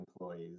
employees